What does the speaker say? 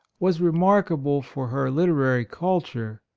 was remarkable for her literary culture,